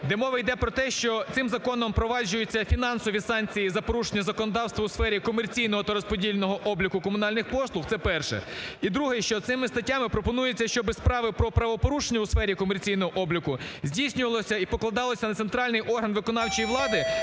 де мова йде про те, що цим законом впроваджуються фінансові санкції за порушення законодавства у сфері комерційного та розподільного обліку комунальних послуг – це перше. І друге, що цими статтями пропонується, щоб справи про правопорушення у сфері комерційного обліку здійснювалося і покладалось на центральний орган виконавчої влади,